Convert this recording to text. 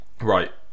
right